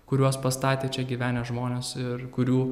kuriuos pastatė čia gyvenę žmonės ir kurių